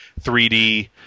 3D